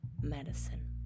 medicine